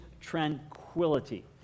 tranquility